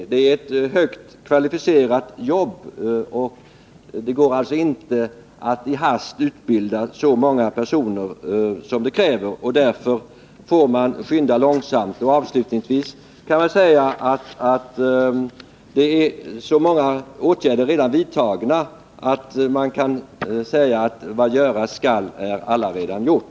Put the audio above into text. Att göra revisioner är ett kvalificerat jobb, och det går inte att i hast utbilda så många personer som det skulle kräva. Därför får man skynda långsamt. Avslutningsvis vill jag påpeka att det redan har vidtagits så många åtgärder att man kan säga: Vad göras skall är allaredan gjort.